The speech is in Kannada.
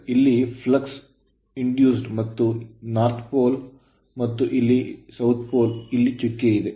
ಇಲ್ಲಿ flux ಫ್ಲಕ್ಸ್ induced ಪ್ರಚೋದಿತವಾಗಿದೆ ಮತ್ತು ಈ N pole ಧ್ರುವ ಮತ್ತು ಇಲ್ಲಿ ಅದು S pole ಧ್ರುವ ಇಲ್ಲಿ ಚುಕ್ಕೆ ಇದೆ